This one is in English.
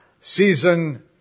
season